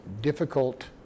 difficult